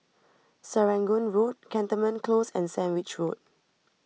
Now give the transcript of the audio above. Serangoon Road Cantonment Close and Sandwich Road